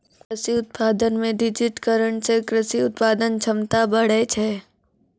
कृषि उत्पादन मे डिजिटिकरण से कृषि उत्पादन क्षमता बढ़ै छै